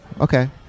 Okay